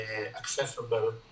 accessible